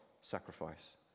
sacrifice